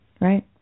right